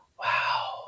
Wow